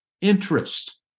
Interest